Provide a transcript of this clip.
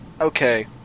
Okay